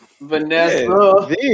Vanessa